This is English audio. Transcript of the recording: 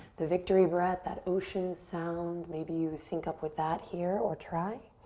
the victory breath, that oceans sound, maybe you sync up with that here or try.